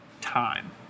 time